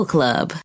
Club